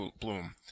bloom